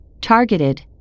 targeted